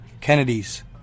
Kennedys